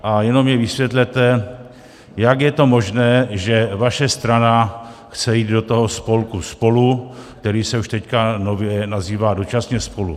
A jenom mi vysvětlete, jak je to možné, že vaše strana chce jít do toho spolku Spolu, který se už teď nově nazývá dočasně spolu.